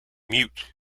mute